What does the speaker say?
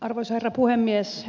arvoisa herra puhemies